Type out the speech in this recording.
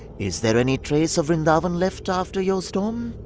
is there any trace of vrindavan left after your storm.